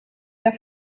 der